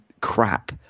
crap